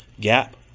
gap